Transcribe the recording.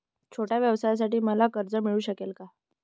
छोट्या व्यवसायासाठी मला कर्ज मिळू शकेल का?